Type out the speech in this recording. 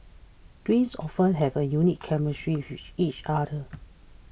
twins often have a unique chemistry with each other